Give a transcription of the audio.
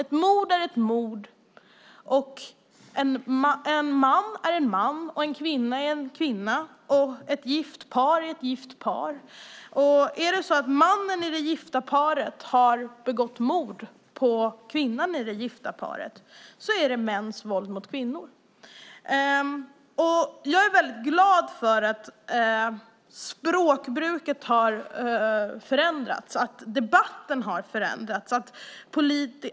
Ett mord är ett mord, en man är en man, en kvinna är en kvinna och ett gift par är ett gift par. Om mannen i det gifta paret har begått mord på kvinnan i det gifta paret ska det betecknas som mäns våld mot kvinnor. Jag är väldigt glad för att språkbruket har förändrats och att debatten har förändrats.